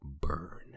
burn